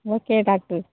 okay doctor